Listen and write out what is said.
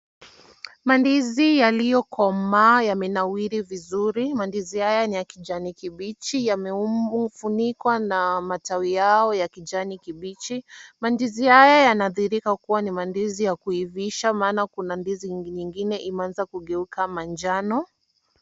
Mandizi yaliyokomaa yamenawiri vizuri, mandizi haya ni ya kijani kibichi yamefunikwa na matawi yao ya kijani kibichi, mandizi haya yanadhihirika kuwa ni mandizi ya kuivisha maana kuna ndizi nyingine imeanza kugeuka manjano.